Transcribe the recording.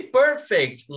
perfect